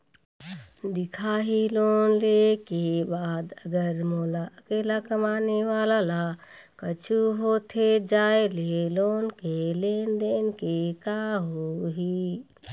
दिखाही लोन ले के बाद अगर मोला अकेला कमाने वाला ला कुछू होथे जाय ले लोन के लेनदेन के का होही?